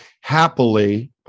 Happily